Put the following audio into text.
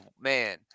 man